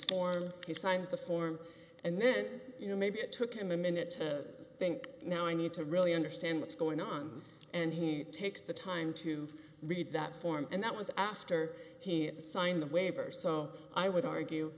form he signs the form and then you know maybe it took him a minute to think now i need to really understand what's going on and he takes the time to read that form and that was after he signed the waiver so i would argue